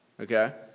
Okay